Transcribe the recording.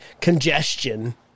congestion